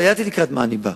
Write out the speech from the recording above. ידעתי לקראת מה אני בא.